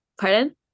Pardon